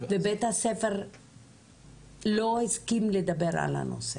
ובית הספר לא הסכים לדבר על הנושא.